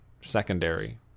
secondary